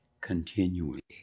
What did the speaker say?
continually